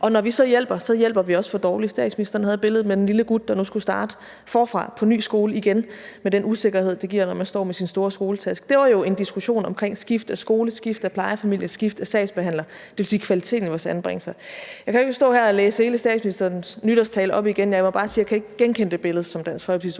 og når vi så hjælper, hjælper vi også for dårligt. Statsministeren havde billedet med den lille gut, der nu skulle starte forfra på en ny skole igen, med den usikkerhed, det giver, når man står med sin store skoletaske, og det var jo en diskussion omkring skift af skole, skift af plejefamilie, skift af sagsbehandler, det vil sige kvaliteten i vores anbringelser. Jeg kan jo ikke stå her og læse hele statsministerens nytårstale op igen, men jeg må bare sige, at jeg ikke kan genkende det billede, som Dansk Folkepartis